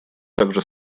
также